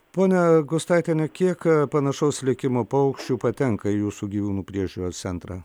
ponia gustaitiene kiek panašaus likimo paukščių patenka į jūsų gyvūnų priežiūros centrą